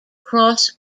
cross